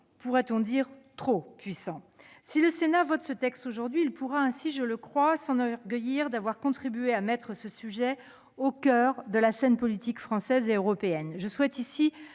pourrait-on dire, trop puissants. Si le Sénat adopte ce texte aujourd'hui, il pourra s'enorgueillir d'avoir contribué à mettre ce sujet au coeur de la scène politique française et européenne.